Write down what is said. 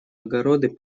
огороды